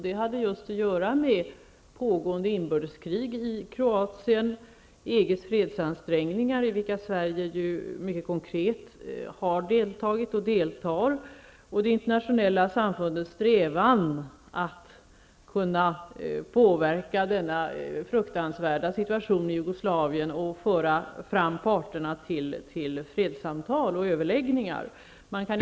Det hade att göra med just pågående inbördeskrig i Kroatien, EG:s fredsansträngningar i vilka Sverige mycket konkret har deltagit och deltar och det internationella samfundets strävan att påverka den fruktansvärda situationen i Jugoslavien för att kunna få till stånd fredssamtal och överläggningar mellan parterna.